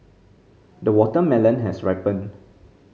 the watermelon has ripened